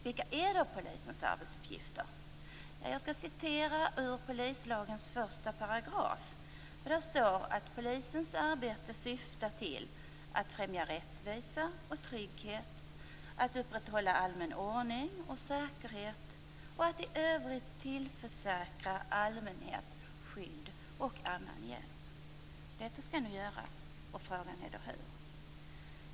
Vilka är då polisens arbetsuppgifter? I polislagen 1 § står det att polisens arbete syftar till att främja rättvisa och trygghet, att upprätthålla allmän ordning och säkerhet samt att i övrigt tillförsäkra allmänheten skydd och annan hjälp. Det är detta som skall göras, men frågan är hur.